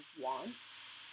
wants